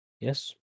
Yes